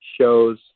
shows